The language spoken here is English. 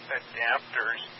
adapters